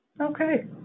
Okay